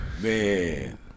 Man